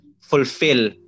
fulfill